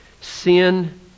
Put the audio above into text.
sin